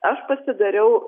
aš pasidariau